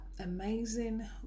amazing